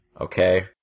Okay